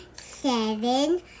seven